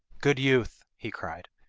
good youth he cried,